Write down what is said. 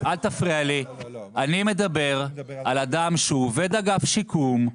אני מדבר על אדם שהוא עובד אגף שיקום,